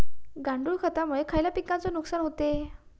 गांडूळ खतामुळे खयल्या पिकांचे नुकसान होते?